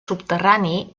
subterrani